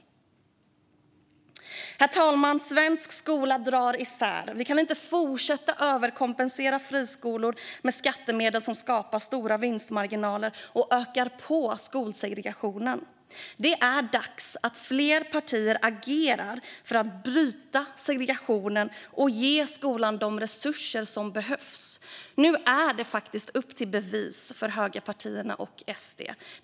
Herr talman! Svensk skola dras isär. Vi kan inte fortsätta överkompensera friskolor med skattemedel som skapar stora vinstmarginaler och ökar skolsegregationen. Det är dags att fler partier agerar för att bryta segregationen och ge skolan de resurser som behövs. Nu är det upp till bevis för högerpartierna och SD.